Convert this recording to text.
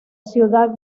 ciudad